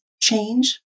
change